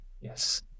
Yes